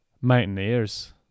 mountaineers